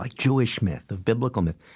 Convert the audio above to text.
like jewish myth, of biblical myth?